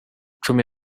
cumi